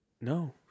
No